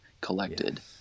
collected